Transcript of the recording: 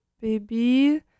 baby